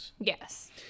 Yes